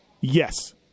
yes